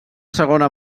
segona